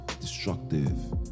destructive